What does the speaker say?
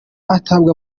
atabwa